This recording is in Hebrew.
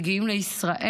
הם מגיעים לישראל.